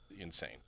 Insane